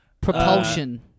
propulsion